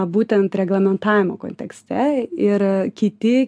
būtent reglamentavimo kontekste ir kiti